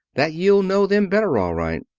that you'll know them better all right.